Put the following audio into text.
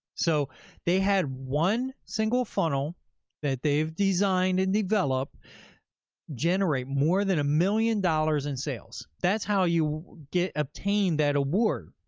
so they had one single funnel that they've designed and developed generate more than a million dollars in sales. that's how you obtained that award.